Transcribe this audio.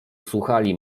słuchali